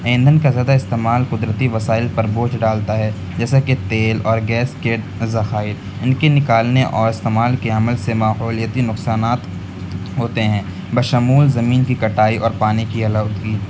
ایندھن کا زیادہ استعمال قدرتی وسائل پر بوجھ ڈالتا ہے جیسا کہ تیل اور گیس کے ذخائر ان کی نکالنے اور استعمال کے عمل سے ماحولیاتی نقصانات ہوتے ہیں بشمول زمین کی کٹائی اور پانی کی آلودگی